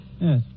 Yes